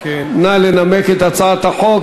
נא לנמק את הצעת החוק.